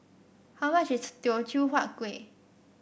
how much is Teochew Huat Kueh